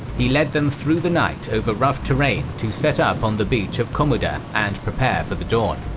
he led them through the night over rough terrain to set up on the beach of komoda, and prepare for the dawn.